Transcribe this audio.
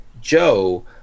Joe